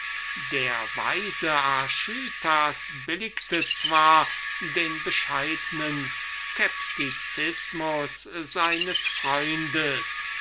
der weise archytas billigte den bescheidnen skeptizismus seines freundes